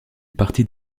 parti